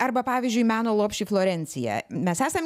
arba pavyzdžiui meno lopšį florenciją mes esam